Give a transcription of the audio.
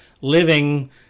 living